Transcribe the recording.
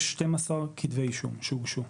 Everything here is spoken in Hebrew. יש 12 כתבי אישום שהוגשו.